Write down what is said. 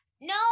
No